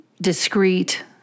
discreet